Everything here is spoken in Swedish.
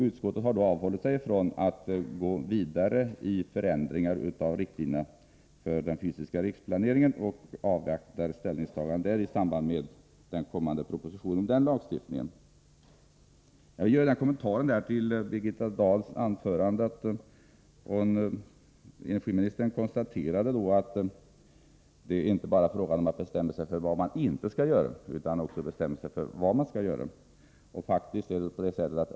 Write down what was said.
Utskottet har avhållit sig från att gå vidare med förändringar av riktlinjerna för den fysiska riksplaneringen och avvaktar den kommande propositionen om den lagstiftningen. Jag vill göra en kommentar till Birgitta Dahls anförande. Energiministern konstaterade att det inte bara är fråga om att bestämma sig för vad man inte skall göra, utan man måste också bestämma sig för vad man skall göra.